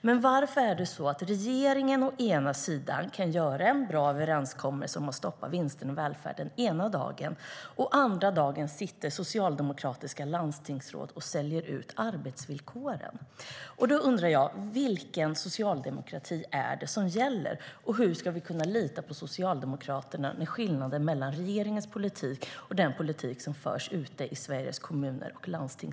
Men varför kan regeringen göra en bra överenskommelse om att stoppa vinsterna i välfärden ena dagen och socialdemokratiska landstingsråd andra dagen sitta och sälja ut arbetsvillkoren? Då undrar jag: Vilken socialdemokrati är det som gäller? Och hur ska vi kunna lita på Socialdemokraterna när det är en sådan skillnad mellan regeringens politik och den politik som förs ute i Sveriges kommuner och landsting?